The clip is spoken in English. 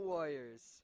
Warriors